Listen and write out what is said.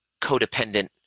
codependent